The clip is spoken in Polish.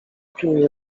pilnie